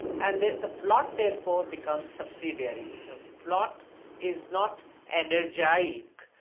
and the the plot therefore becomes subsidiary. the plot is not energeiac,